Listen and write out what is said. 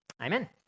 Amen